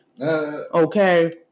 Okay